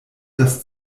das